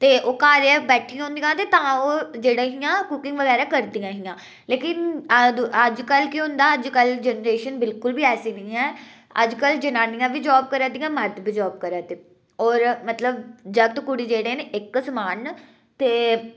ते ओह् घर ई बैठियां रौह्दियां हियां ते तां ओह् जेह्ड़ी हियां ओह् कुकिंग बगैरा करदियां हियां लेकिन अज्ज कल केह् होंदा अज्जकल जनरेशन बिल्कुल बी ऐसी निं ऐ अज्ज कल जनानियां बी जॉब करा दियां मर्द बी जॉब करा दे होर मतलब जागत कुड़ी जेह्ड़े न इक समान न ते